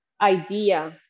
idea